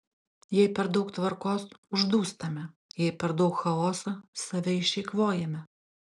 jei per daug tvarkos uždūstame jei per daug chaoso save išeikvojame